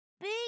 big